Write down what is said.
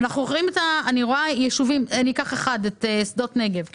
אני אקח כדוגמה ישוב אחד, את שדות נגב.